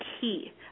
key